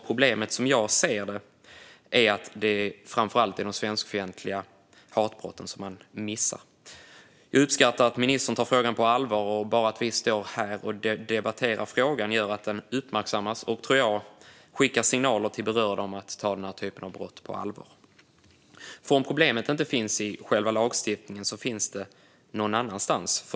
Problemet som jag ser det är nämligen att det framför allt är de svenskfientliga hatbrotten man missar. Jag uppskattar att ministern tar frågan på allvar. Bara att vi står här och debatterar den gör att den uppmärksammas, och jag tror att det skickar signaler till berörda om att ta den här typen av brott på allvar. Även om problemet inte finns i själva lagstiftningen finns det nämligen någon annanstans.